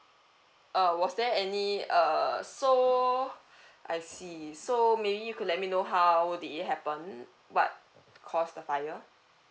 uh was there any uh so I see so maybe you could let me know how did it happen um what caused the fire